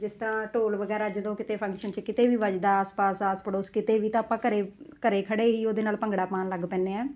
ਜਿਸ ਤਰ੍ਹਾਂ ਢੋਲ ਵਗੈਰਾ ਜਦੋਂ ਕਿਤੇ ਫੰਕਸ਼ਨ 'ਚ ਕਿਤੇ ਵੀ ਵੱਜਦਾ ਆਸ ਪਾਸ ਆਸ ਪੜੋਸ ਕਿਤੇ ਵੀ ਤਾਂ ਆਪਾਂ ਘਰੇ ਘਰੇ ਖੜੇ ਹੀ ਉਹਦੇ ਨਾਲ ਭੰਗੜਾ ਪਾਉਣ ਲੱਗ ਪੈਂਦੇ ਹਾਂ